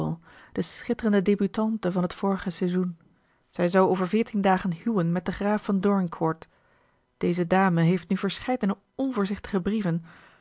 de schitterende débutante van het vorig seizoen zij zou over veertien dagen huwen met den graaf van dorincourt deze dame heeft nu verscheidene onvoorzichtige brieven onvoorzichtig